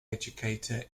educator